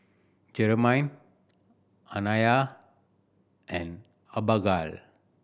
Germaine Anaya and Abagail